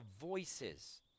voices